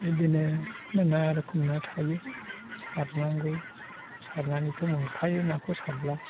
बिदिनो नाना रखम ना थायो सारनांगौ सारनानैथ' मोनखायो नाखौ सारोब्ला